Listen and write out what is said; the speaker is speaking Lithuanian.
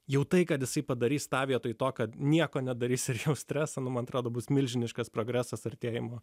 juk tai kad jisai padarys tą vietoj to kad nieko nedarys ir šio streso man atrodo bus milžiniškas progresas artėjimo